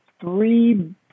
three